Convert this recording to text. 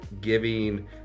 giving